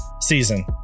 season